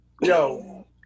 yo